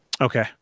okay